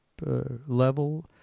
level